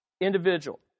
individual